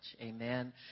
Amen